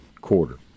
quarter